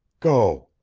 go.